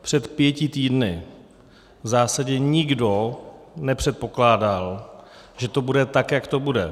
Před pěti týdny v zásadě nikdo nepředpokládal, že to bude tak, jak to bude.